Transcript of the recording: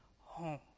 home